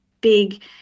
big